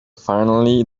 finally